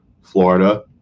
Florida